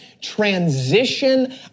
transition